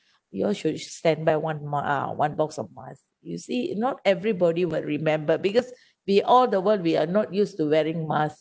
you all should standby one more uh one box of mask you see not everybody will remember because we all the world we are not used to wearing mask